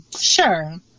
Sure